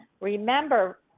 remember